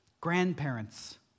Grandparents